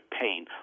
pain